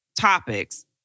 topics